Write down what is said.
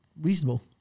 reasonable